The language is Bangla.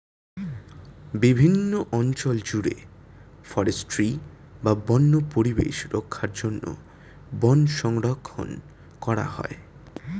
বিভিন্ন অঞ্চল জুড়ে ফরেস্ট্রি বা বন্য পরিবেশ রক্ষার জন্য বন সংরক্ষণ করা হয়